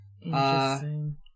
Interesting